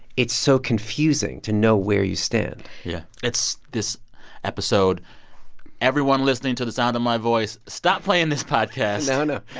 it's so confusing to know where you stand yeah. it's this episode everyone listening to the sound of my voice, stop playing this podcast. no, no.